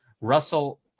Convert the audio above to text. Russell